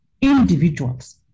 individuals